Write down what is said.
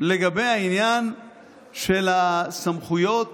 לגבי העניין של הסמכויות